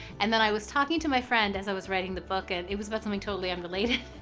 and then i was talking to my friend as i was writing the book, and it was about something totally unrelated.